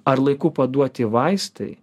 ar laiku paduoti vaistai